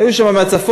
היו שם מהצפון,